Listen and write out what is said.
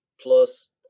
plus